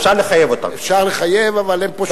אפשר לחייב, אבל הן פושטות רגל.